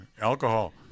alcohol